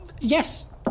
Yes